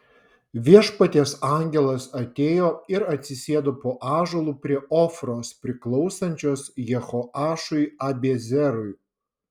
viešpaties angelas atėjo ir atsisėdo po ąžuolu prie ofros priklausančios jehoašui abiezerui